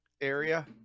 area